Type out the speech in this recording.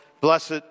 blessed